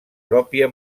pròpia